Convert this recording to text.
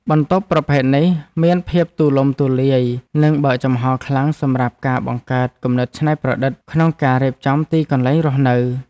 បន្ទប់ប្រភេទនេះមានភាពទូលំទូលាយនិងបើកចំហខ្លាំងសម្រាប់ការបង្កើតគំនិតច្នៃប្រឌិតក្នុងការរៀបចំទីកន្លែងរស់នៅ។